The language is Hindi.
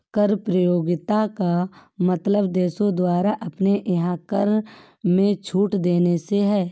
कर प्रतियोगिता का मतलब देशों द्वारा अपने यहाँ कर में छूट देने से है